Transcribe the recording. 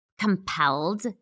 compelled